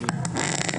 אתייחס לשאלה האחרונה.